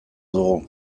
dugu